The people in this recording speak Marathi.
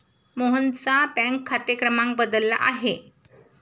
मोहनचा बँक खाते क्रमांक बदलला आहे